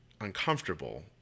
uncomfortable